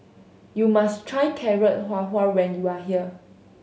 you must try Carrot Halwa when you are here